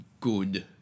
good